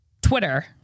Twitter